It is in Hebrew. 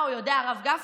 מה הוא יודע, הרב גפני?